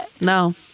no